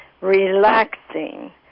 relaxing